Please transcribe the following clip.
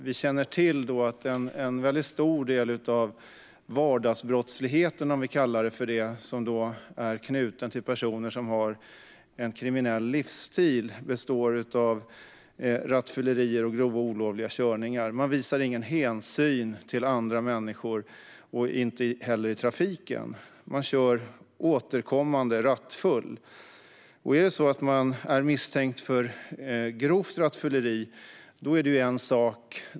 Vi känner till att en väldigt stor del av vardagsbrottsligheten - om vi kallar det för det - är knuten till personer som har en kriminell livsstil och består av rattfyllerier och grova olovliga körningar. Man visar ingen hänsyn till andra människor och inte heller i trafiken. Man kör återkommande rattfull. Om någon är misstänkt för grovt rattfylleri är det en sak.